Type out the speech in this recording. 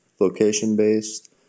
location-based